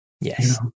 yes